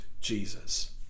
Jesus